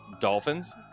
Dolphins